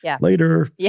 later